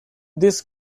this